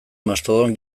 mastodon